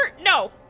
no